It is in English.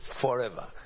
forever